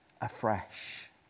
afresh